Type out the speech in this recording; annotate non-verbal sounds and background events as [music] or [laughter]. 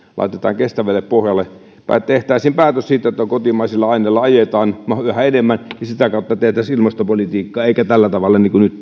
laitamme kestävälle pohjalle tai tehdä päätös siitä että kotimaisilla aineilla ajetaan yhä enemmän ja sitä kautta tehtäisiin ilmastopolitiikkaa eikä tällä tavalla kuin nyt [unintelligible]